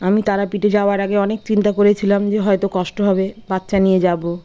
আমি তারাপীঠে যাওয়ার আগে অনেক চিন্তা করেছিলাম যে হয়তো কষ্ট হবে বাচ্চা নিয়ে যাবো